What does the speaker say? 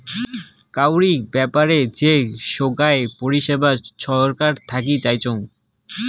কাউরি ব্যাপারে যে সোগায় পরিষেবা ছরকার থাকি পাইচুঙ